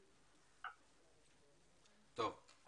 טוב.